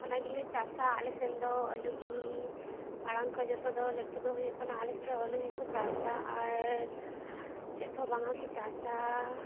ᱚᱱᱟᱜᱮ ᱞᱮ ᱪᱟᱥᱟ ᱟᱞᱮᱥᱮᱱ ᱫᱚ ᱟᱹᱞᱩᱜᱮ ᱢᱟᱲᱟᱝ ᱠᱷᱚᱡ ᱡᱚᱛᱚ ᱫᱚ ᱞᱟᱹᱴᱩ ᱫᱚ ᱦᱩᱭᱩᱜ ᱠᱟᱱᱟ ᱟᱞᱮᱥᱮᱫ ᱫᱚ ᱟᱹᱞᱩᱜᱮ ᱠᱚ ᱪᱟᱥᱟ ᱟᱨ ᱪᱮᱫᱛᱮ ᱦᱚᱸ ᱵᱟᱝᱼᱟ ᱠᱚ ᱪᱟᱥᱟ